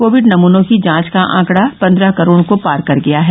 Covid नमूनों की जांच का आंकडा पन्द्रह करोड को पार कर गया है